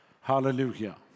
Hallelujah